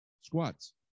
squats